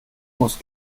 muss